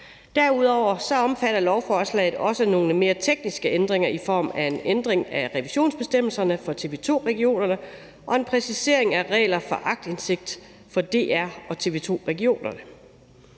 Derudover omfatter lovforslaget også nogle mere tekniske ændringer i form af en ændring af revisionsbestemmelserne for TV 2-regionerne og en præcisering af regler for aktindsigt for DR og TV 2-regionerne.